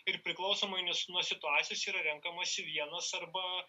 ir priklausomai nuo nuo situacijos yra renkamasi vienas arba